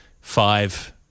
five